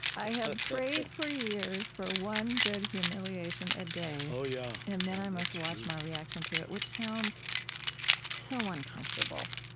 i have prayed for years for one good humiliation a day, yeah and then i must watch my reaction to it, which sounds so uncomfortable.